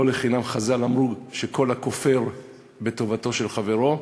לא לחינם חז"ל אמרו שכל הכופר בטובתו של חברו,